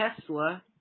Tesla